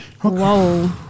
Whoa